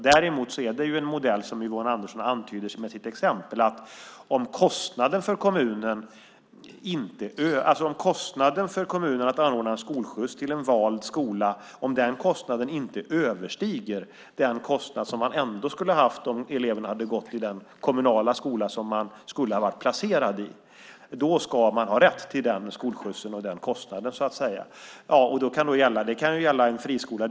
Däremot är det en modell som Yvonne Andersson antyder med sitt exempel att om kostnaden för kommunen att anordna en skolskjuts till en vald skola inte överstiger den kostnad som man ändå skulle ha haft om eleven hade gått i den kommunala skola som man skulle ha varit placerad i ska man ha rätt till den skolskjutsen och den kostnaden. Det kan gälla en friskola.